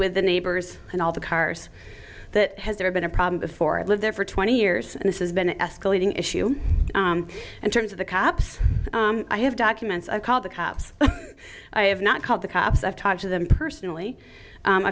with the neighbors and all the cars that has there been a problem before i lived there for twenty years and this is been escalating issue and terms of the cops i have documents i call the cops i have not called the cops i've talked to them personally